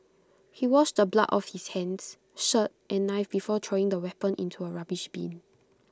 he washed the blood off his hands shirt and knife before throwing the weapon into A rubbish bin